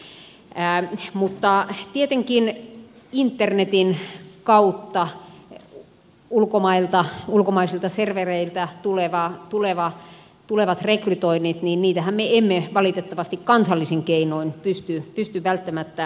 se on siis laissa kielletty mutta tietenkään internetin kautta ulkomailta ulkomaisilta servereiltä tulevia rekrytointejahan me emme valitettavasti kansallisin keinoin pysty välttämättä hallitsemaan